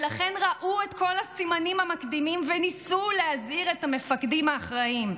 ולכן ראו את כל הסימנים המקדימים וניסו להזהיר את המפקדים האחראים.